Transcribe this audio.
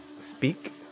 speak